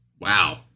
wow